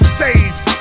saved